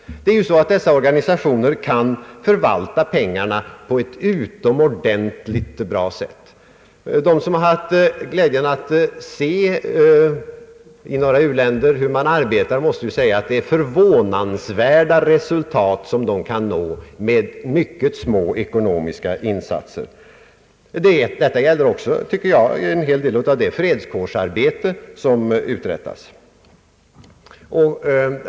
Dessa organisationer kan ju förvalta pengarna på ett utomordentligt sätt. De som haft glädjen att ta del av hur man arbetar i dessa u-länder kan konstatera att förvånansvärt goda resultat kan uppnås med mycket små ekonomiska insatser. Detta gäller också, tycker jag, en hel del av det fredskårsarbete som uträttas.